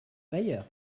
bailleur